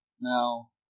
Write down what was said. Now